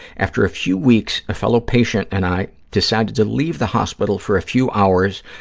after a few weeks, a fellow patient and i decided to leave the hospital for a few hours,